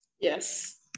Yes